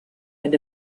and